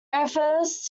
refers